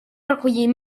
recollir